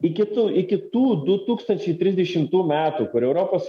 iki tų iki tų du tūkstančiai trisdešimtų metų kur europos